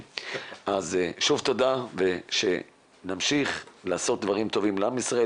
אז שוב תודה ושנמשיך לעשות דברים טובים לעם ישראל